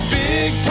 big